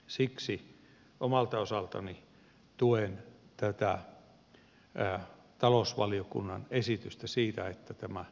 siksi omalta osaltani tuen tätä talousvaliokunnan esitystä siitä että tämä periaatepäätös hyväksyttäisiin